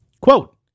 Quote